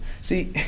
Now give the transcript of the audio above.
See